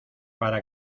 para